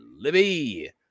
Libby